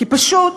כי פשוט